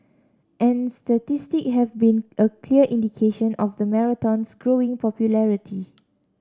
and statistics have been a clear indication of the marathon's growing popularity